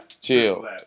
chill